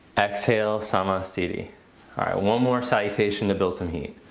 exhale samasthiti. alright one more salutation to build some heat.